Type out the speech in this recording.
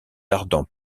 ardents